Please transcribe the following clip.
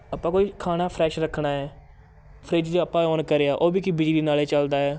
ਆਪਾਂ ਕੋਈ ਖਾਣਾ ਫਰੈਸ਼ ਰੱਖਣਾ ਹੈ ਫਰਿੱਜ ਜੇ ਆਪਾਂ ਔਨ ਕਰਿਆ ਉਹ ਵੀ ਕੀ ਬਿਜਲੀ ਨਾਲ ਏ ਚੱਲਦਾ ਹੈ